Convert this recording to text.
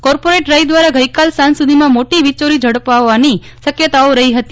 corporate drive દ્વારા ગઈકાલ સાંજ સુધીમાં મોટી વિજચોરી ઝડપાવવાની શકયતાઓ રહી હતી